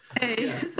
hey